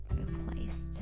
replaced